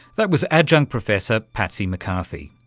that was adjunct professor patsy mccarthy.